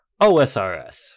OSRS